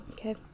Okay